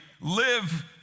live